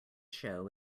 show